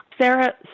Sarah